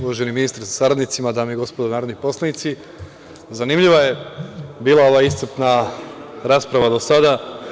Uvaženi ministre sa saradnicima, dame i gospodo narodni poslanici, zanimljiva je bila ova iscrpna rasprava do sada.